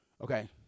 Okay